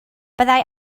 byddai